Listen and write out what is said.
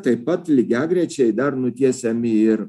taip pat lygiagrečiai dar nutiesiami ir